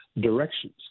directions